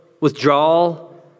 withdrawal